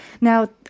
Now